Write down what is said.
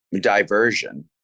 diversion